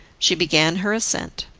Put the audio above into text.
she began her ascent.